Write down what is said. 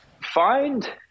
Find